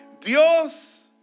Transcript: Dios